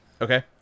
Okay